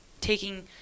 taking